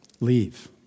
Leave